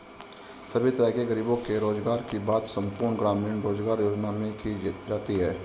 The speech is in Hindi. सभी तरह के गरीबों के रोजगार की बात संपूर्ण ग्रामीण रोजगार योजना में की जाती है